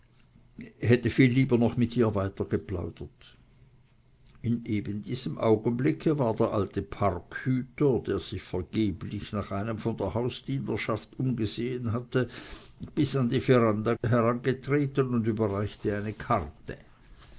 hätte viel lieber noch mit dir weiter geplaudert in eben diesem augenblicke war der alte parkhüter der sich vergeblich nach einem von der hausdienerschaft umgesehen hatte bis an die veranda herangetreten und überreichte eine karte